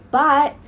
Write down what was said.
but